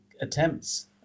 attempts